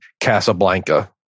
Casablanca